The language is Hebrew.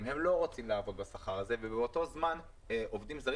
אבל הם לא רוצים לעבוד בשכר הזה ובאותו זמן עובדים זרים